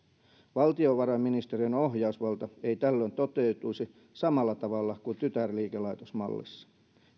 valtiovarainministeriön ohjausvalta ei tällöin toteutuisi samalla tavalla kuin tytärliikelaitosmallissa